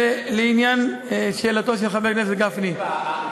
לעניין שאלתו של חבר הכנסת גפני,